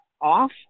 off